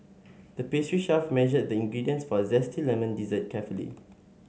the pastry chef measured the ingredients for a zesty lemon dessert carefully